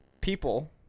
people